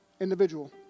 individual